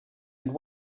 and